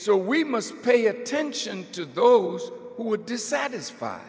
so we must pay attention to those who are dissatisfied